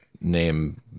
name